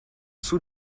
sous